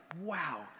wow